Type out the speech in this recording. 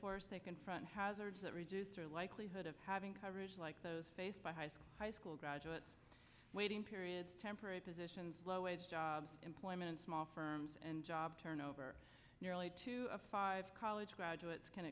they confront hazards that reduce their likelihood of having coverage like those faced by high school high school graduate waiting periods temporary positions low wage jobs employment small firms and job turnover to a five college graduates can